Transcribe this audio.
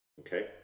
okay